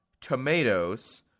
tomatoes